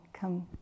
come